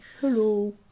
hello